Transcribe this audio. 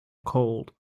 cold